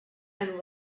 and